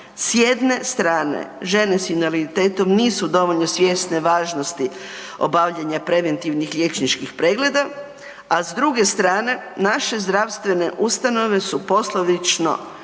S jedne strane, žene s invaliditetom nisu dovoljno svjesne važnosti obavljanja preventivnih liječničkih pregleda, a s druge strane, naše zdravstvene ustanove su poslovično